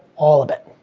all of it.